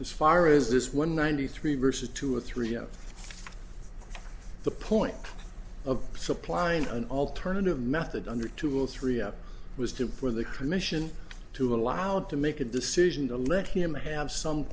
as far as this one ninety three versa two or three at the point of supplying an alternative method under two and three up it was time for the commission to allowed to make a decision to let him have some